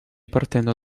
partendo